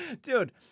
Dude